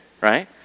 right